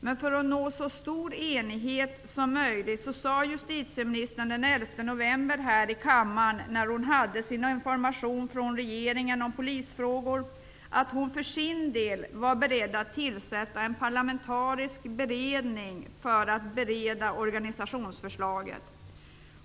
För att nå så stor enighet som möjligt sade justitieministern den 11 november här i kammaren, när hon gav information från regeringen om polisfrågor, att hon för sin del var beredd att tillsätta en parlamentarisk beredning för att bereda organisationsförslagen.